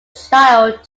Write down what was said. child